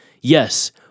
Yes